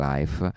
Life